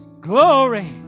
glory